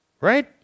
Right